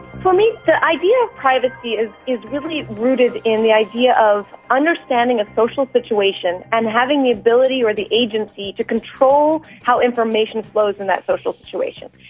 for me the idea of privacy is is really rooted in the idea of understanding a social situation and having the ability or the agency to control how information flows in that social situation.